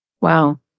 Wow